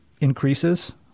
increases